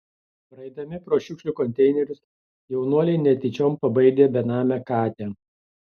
praeidami pro šiukšlių konteinerius jaunuoliai netyčiom pabaidė benamę katę